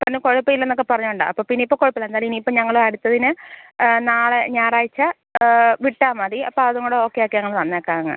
പിന്നെ കുഴപ്പം ഇല്ലെന്നൊക്കെ പറഞ്ഞത് കൊണ്ടാണ് അപ്പോൾ പിന്നെ ഇപ്പോൾ കുഴപ്പമില്ല എന്തായാലും ഇനി ഇപ്പോൾ ഞങ്ങള് അടുത്തതിന് നാളെ ഞായറാഴ്ച്ച വിട്ടാൽ മതി അപ്പോൾ അതും കൂടെ ഓക്കെയാക്കി ഞങ്ങള് തന്നേക്കാം അങ്ങ്